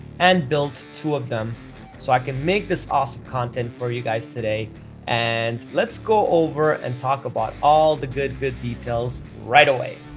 and built two of them so i can make this awesome content for you guys today and let's go over and talk about all the good, good details right away